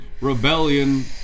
rebellion